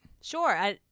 Sure